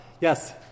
Yes